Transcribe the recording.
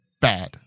bad